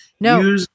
No